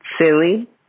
silly